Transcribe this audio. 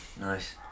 Nice